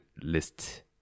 list